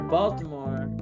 Baltimore